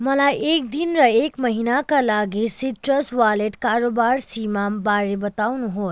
मलाई एक दिन र एक महिनाका लागि सिट्रस वालेट कारोबार सीमा बारे बताउनुहोस्